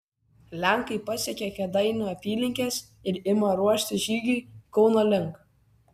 lenkai pasiekia kėdainių apylinkes ir ima ruoštis žygiui kauno link